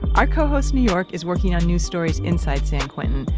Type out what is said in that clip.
our cohost new york is working on new stories inside san quentin,